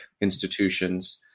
institutions